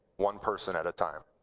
one person at a time.